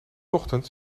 ochtends